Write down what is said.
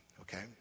okay